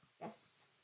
Yes